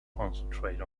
concentrate